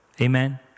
Amen